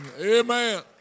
Amen